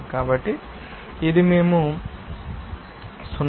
కాబట్టి ఇది మేము 0